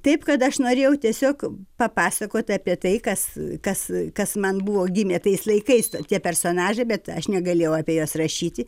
taip kad aš norėjau tiesiog papasakot apie tai kas kas kas man buvo gimė tais laikais tie personažai bet aš negalėjau apie juos rašyti